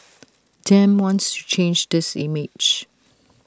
Dem wants to change this image